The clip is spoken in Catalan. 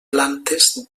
plantes